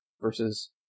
versus